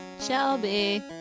Shelby